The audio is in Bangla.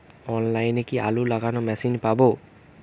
অনলাইনে কি আলু লাগানো মেশিন পাব?